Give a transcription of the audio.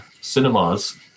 cinemas